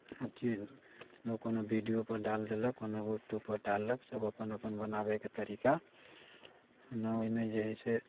अथी लोक कोनो विडियोपर डाल देलक कोनो यूट्यूबपर डाललक सभ अपन अपन बनाबयके तरीका हइ ने ओहिमे जे हइ से